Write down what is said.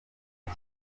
iki